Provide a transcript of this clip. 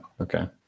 Okay